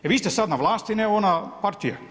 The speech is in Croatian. I vi ste sada na vlasti a ne ona partija.